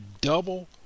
double